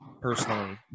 personally